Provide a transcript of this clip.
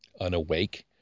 unawake